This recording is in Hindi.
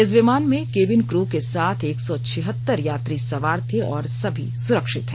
इस विमान में केबिन कू के साथ एक सौ छिहत्तर यात्री सवार थे और सभी सुरक्षित है